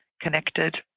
connected